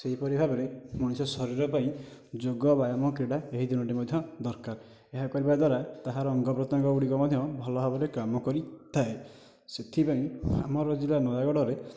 ସେହିପରି ଭାବରେ ମଣିଷ ଶରୀର ପାଇଁ ଯୋଗ ବ୍ୟାୟାମ କ୍ରୀଡ଼ା ଏହି ତିନୋଟି ମଧ୍ୟ ଦରକାର ଏହା କରିବା ଦ୍ୱାରା ତାହାର ଅଙ୍ଗପ୍ରତ୍ୟଙ୍ଗଗୁଡ଼ିକ ମଧ୍ୟ ଭଲ ଭାବରେ କାମ କରିଥାଏ ସେଥିପାଇଁ ଆମର ଜିଲ୍ଲା ନୟାଗଡ଼ରେ